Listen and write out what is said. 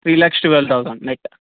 three lakh twelve thousand net